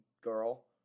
girl